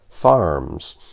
farms